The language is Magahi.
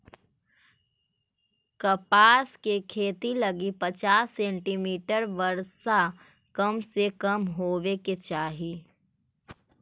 कपास के खेती लगी पचास सेंटीमीटर वर्षा कम से कम होवे के चाही